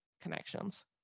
connections